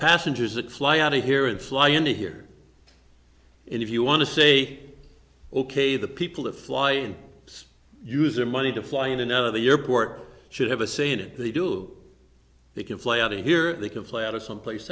passengers that fly out of here and fly in here and if you want to say ok the people that fly and use their money to fly in and out of the airport should have a say in it they do they can fly out of here they can fly out of someplace